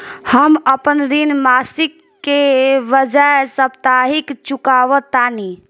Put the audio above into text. हम अपन ऋण मासिक के बजाय साप्ताहिक चुकावतानी